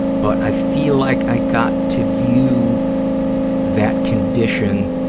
but i feel like i got to view that condition